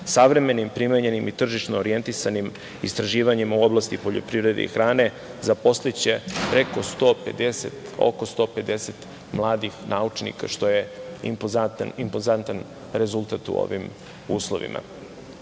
savremenim, primenjenim i tržišno orijentisanim istraživanjima u oblasti poljoprivrede i hrane, zaposliće oko 150 mladih naučnika, što je impozantan rezultat u ovim uslovima. Ulaganjem